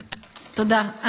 תודה.